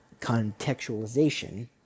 contextualization